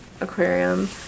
Aquarium